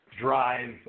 Drive